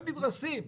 הם נדרסים.